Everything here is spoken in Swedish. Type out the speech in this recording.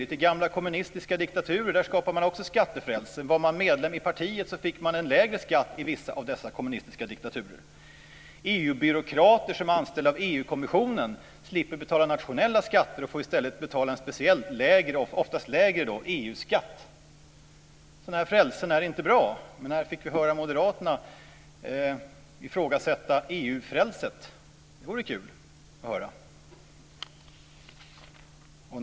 Också i gamla kommunistiska diktaturer skapade man skattefrälsen. Den som i vissa av dessa diktaturer var medlem i partiet fick lägre skatt. EU-byråkrater som är anställda av EU-kommissionen slipper betala nationella skatter och får i stället betala en speciell och oftast lägre EU-skatt. Sådana frälsen är inte bra, men när fick vi höra moderaterna ifrågasätta EU-frälset? Det vore roligt att få höra.